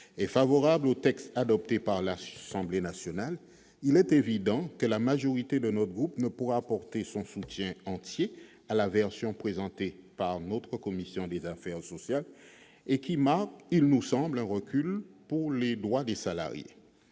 favorables au texte adopté par l'Assemblée nationale, la majorité de notre groupe ne pourra apporter son entier soutien à la version présentée par notre commission des affaires sociales, qui marque, il nous semble, un recul pour les droits des salariés.